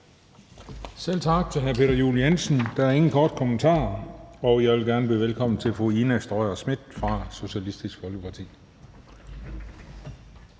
Selv tak til hr. Peter Juel-Jensen. Der er ingen korte bemærkninger, og jeg vil gerne byde velkommen til fru Ina Strøjer-Schmidt fra Socialistisk Folkeparti.